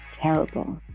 terrible